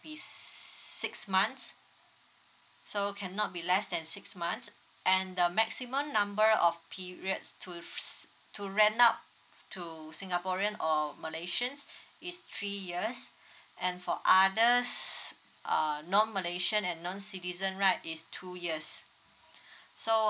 be six months so cannot be less than six months and the maximum number of periods to s~ to rent out to singaporean or malaysians is three years and for others err non malaysian and non citizen right is two years so